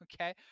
okay